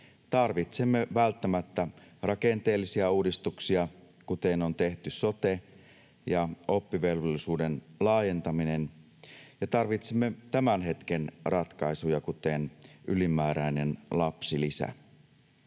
tarvitsemme välttämättä rakenteellisia uudistuksia, kuten on tehty sote ja oppivelvollisuuden laajentaminen. Me tarvitsemme tämän hetken ratkaisuja, kuten ylimääräinen lapsilisä.